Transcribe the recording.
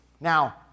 Now